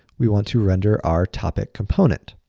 we want to render our topic component.